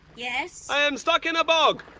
yes? i am stuck in a bog.